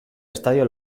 estadio